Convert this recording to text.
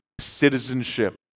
citizenship